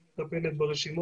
היא מטפלת ברשימות.